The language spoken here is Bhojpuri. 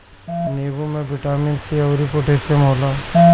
नींबू में बिटामिन सी अउरी पोटैशियम होला